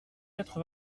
quatre